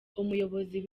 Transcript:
umuyobozi